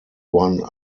one